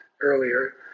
earlier